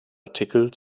artikel